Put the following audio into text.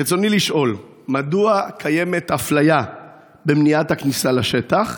רצוני לשאול: 1. מדוע קיימת אפליה במניעת הכניסה לשטח?